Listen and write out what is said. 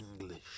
English